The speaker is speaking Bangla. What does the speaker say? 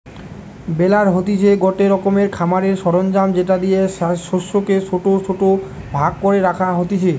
বেলার হতিছে গটে রকমের খামারের সরঞ্জাম যেটা দিয়ে শস্যকে ছোট ছোট ভাগ করে রাখা হতিছে